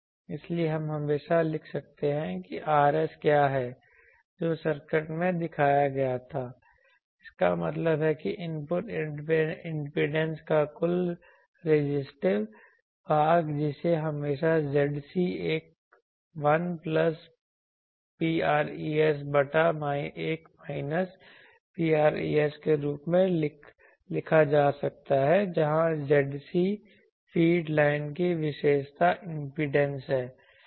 इसलिए हम हमेशा लिख सकते हैं कि Rs क्या है जो सर्किट में दिखाया गया था इसका मतलब है कि इनपुट इम्पीडेंस का कुल रेजिस्टिव भाग जिसे हमेशा Zc 1 प्लस ρres बटा 1 माइनस ρres के रूप में लिखा जा सकता है जहाँ Zc फ़ीड लाइन की विशेषता इम्पीडेंस है